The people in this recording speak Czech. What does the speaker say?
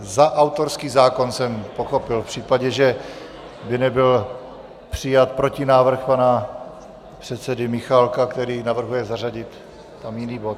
Za autorský zákon, jsem pochopil, v případě, že by nebyl přijat protinávrh pana předsedy Michálka, který tam navrhuje zařadit jiný bod.